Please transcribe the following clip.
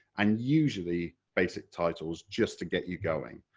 and usually basic titles, just to get you going.